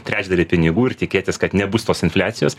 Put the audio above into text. trečdalį pinigų ir tikėtis kad nebus tos infliacijos